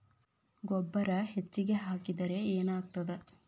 ಗೊಬ್ಬರ ಹೆಚ್ಚಿಗೆ ಹಾಕಿದರೆ ಏನಾಗ್ತದ?